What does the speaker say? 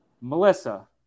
Melissa